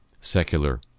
secular